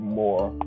more